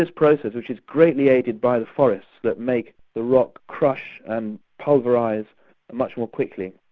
this process, which is greatly aided by the forests that make the rock crush and pulverise much more quickly.